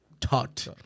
taught